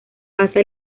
pasa